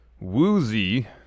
Woozy